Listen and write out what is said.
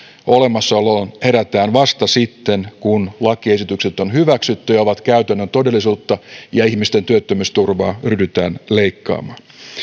olemassaoloon herätään vasta sitten kun lakiesitykset on hyväksytty ja ovat käytännön todellisuutta ja ihmisten työttömyysturvaa ryhdytään leikkaamaan